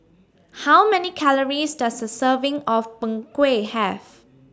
How Many Calories Does A Serving of Png Kueh Have